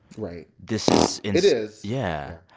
right this is. it is, yeah